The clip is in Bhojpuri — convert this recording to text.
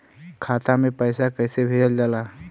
खाता में पैसा कैसे भेजल जाला?